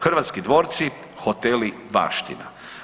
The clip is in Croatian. Hrvatski dvorci, hoteli baština.